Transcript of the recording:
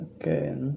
Okay